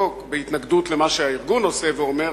לא בהתנגדות למה שהארגון עושה ואומר,